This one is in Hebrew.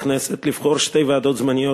לחוק הכנסת לבחור שתי ועדות זמניות,